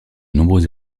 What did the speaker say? nombreux